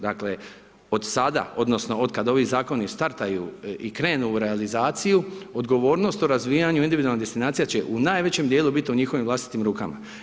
Dakle, od sada odnosno od kad ovi zakoni startaju i krenu u realizaciju, odgovornost o razvijanju individualnih destinacija će u najvećem dijelu bit u njihovim vlastitim rukama.